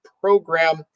program